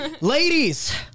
ladies